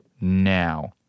now